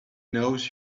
knows